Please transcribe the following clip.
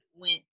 went